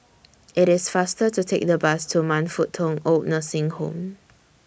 IT IS faster to Take The Bus to Man Fut Tong Oid Nursing Home